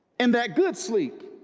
in that good sleep.